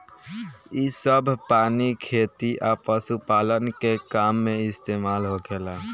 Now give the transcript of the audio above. इ सभ पानी खेती आ पशुपालन के काम में इस्तमाल होखेला